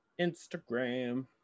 instagram